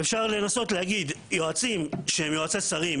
אפשר לנסות ולהגיד שליועצים שהם יועצי שרים,